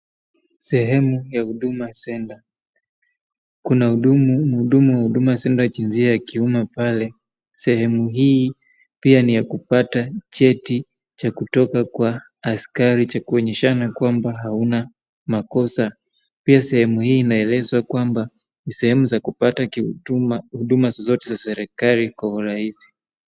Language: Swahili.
Sehemu ya huduma center , kuna muhudumu wa huduma center jinsia ya kiume pale, sehemu hii pia ni ya kupata cheti cha kutoka kwa askari cha kuonyeshana kwama hauna makosa, pia sehemu hii inaonyesha kwamba ni sehemu za kupata huduma zote za serikali kwa urahisi.